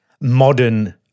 modern